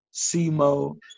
Simo